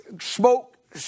smoke